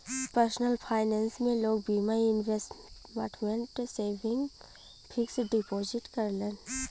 personal finance में लोग बीमा, इन्वेसमटमेंट, सेविंग, फिक्स डिपोजिट करलन